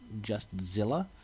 JustZilla